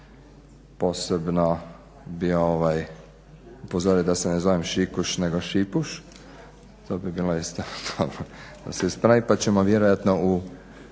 posebno bi upozorio da se ne zove Šikuš nego Šipuš, to bi bilo isto dobro da se ispravi pa ćemo vjerojatno u